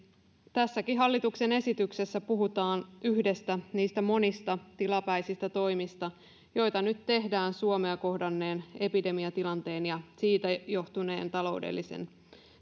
tässäkin hallituksen esityksessä puhutaan yhdestä niistä monista tilapäisistä toimista joita nyt tehdään suomea kohdanneen epidemiatilanteen ja siitä johtuneiden taloudellisten